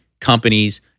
companies